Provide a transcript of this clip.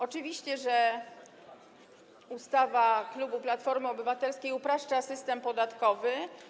Oczywiście, że ustawa klubu Platformy Obywatelskiej upraszcza system podatkowy.